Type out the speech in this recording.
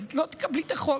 אז את לא תקבלי את החוק.